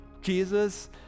Jesus